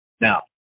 Now